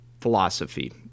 philosophy